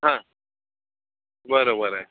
हां बरं बरं आहे